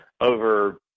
over